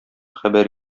хәбәр